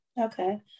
Okay